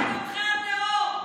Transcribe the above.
תומכי הטרור.